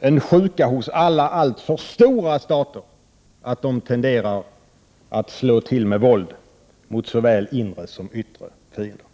en sjuka hos alla alltför stora stater att tendera att slå till med våld mot såväl inre som yttre fiender.